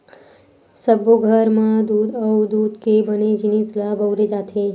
सब्बो घर म दूद अउ दूद के बने जिनिस ल बउरे जाथे